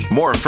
More